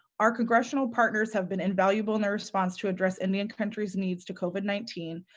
our congressional partners have been invaluable in their response to address indian country's needs to covid nineteen,